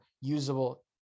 usable